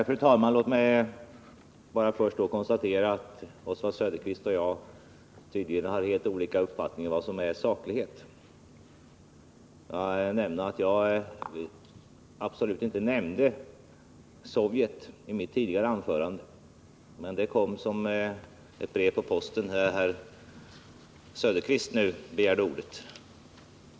Fru talman! Låt mig bara först konstatera att Oswald Söderqvist och jag tydligen har helt olika uppfattningar om vad som är saklighet. Jag nämnde absolut inte Sovjet i mitt tidigare anförande, men det kom som ett brev på posten när herr Söderqvist nu begärde ordet.